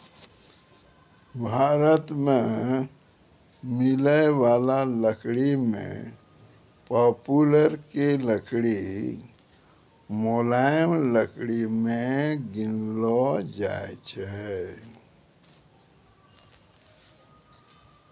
भारत मॅ मिलै वाला लकड़ी मॅ पॉपुलर के लकड़ी मुलायम लकड़ी मॅ गिनलो जाय छै